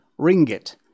ringgit